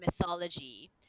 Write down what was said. mythology